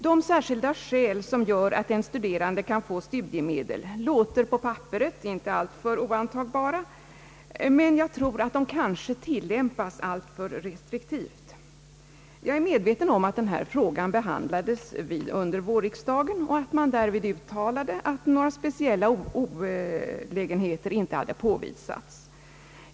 De särskilda skäl som gör att en studerande kan få studiemedel ter sig på papperet inte alltför oantagbara, men jag tror att de tillämpas alltför restriktivt. Jag är medveten om att denna fråga behandlades under vårriksdagen och att man därvid uttalade att några speciella olägenheter inte hade påvisats.